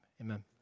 amen